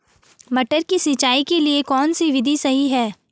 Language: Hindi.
मटर की सिंचाई के लिए कौन सी विधि सही है?